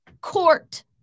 court